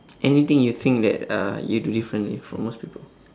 anything you think that uh you do differently from most people